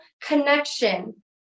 connection